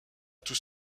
tous